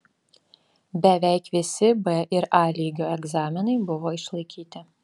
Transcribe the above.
beveik visi b ir a lygio egzaminai buvo išlaikyti